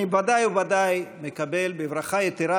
אני ודאי וודאי מקבל בברכה יתרה,